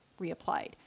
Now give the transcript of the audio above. reapplied